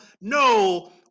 no